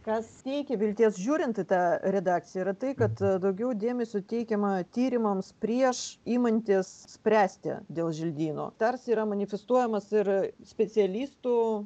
kas teikia vilties žiūrint į tą redakciją yra tai kad daugiau dėmesio teikiama tyrimams prieš imantis spręsti dėl želdyno tarsi yra manifestuojamas ir specialistų